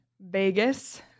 Vegas